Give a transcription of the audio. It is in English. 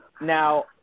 Now